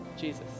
Jesus